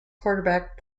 quarterback